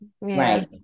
Right